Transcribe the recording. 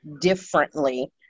differently